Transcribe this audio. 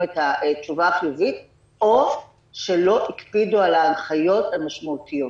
את התשובה החיובית; או שלא הקפידו על ההנחיות המשמעותיות.